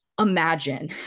imagine